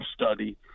study